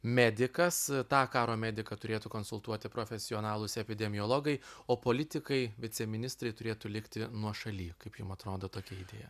medikas tą karo mediką turėtų konsultuoti profesionalūs epidemiologai o politikai viceministrai turėtų likti nuošaly kaip jum atrodo tokia idėja